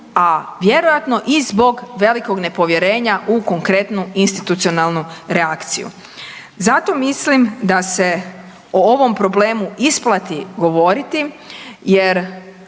A vjerojatno i zbog velikog nepovjerenja u konkretnu institucionalnu reakciju. Zato mislim da se o ovom problemu isplati govoriti, jer